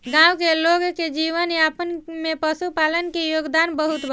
गाँव के लोग के जीवन यापन में पशुपालन के योगदान बहुत बा